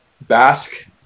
Basque